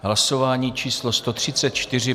Hlasování číslo 134.